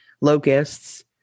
Locusts